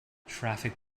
traffic